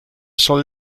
soll